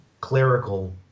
clerical